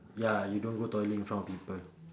mm ya you don't go toilet in front of people